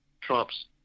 Trump's